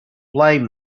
blame